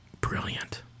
Brilliant